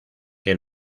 que